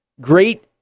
Great